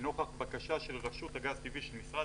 ונוכח בקשה של רשות הגז הטבעי של משרד